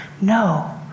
no